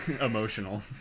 emotional